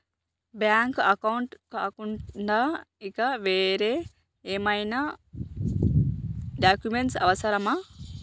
Bank account కాకుండా ఇంకా వేరే ఏమైనా డాక్యుమెంట్స్ అవసరమా?